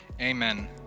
Amen